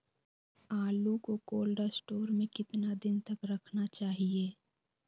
आलू को cold store में कितना दिन तक रखना चाहिए?